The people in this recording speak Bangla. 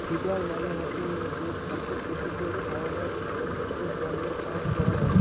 ফিডার মানে হসে যে খাদ্য পশুদের খাওয়ানোর তন্ন চাষ করাঙ হই